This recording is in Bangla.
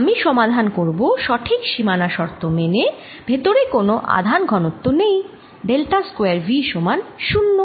আমি সমাধান করব সঠিক সীমানা শর্ত মেনে ভেতরে কোন আধান ঘনত্ব নেই ডেলটা স্কয়ার V সমান 0